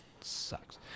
sucks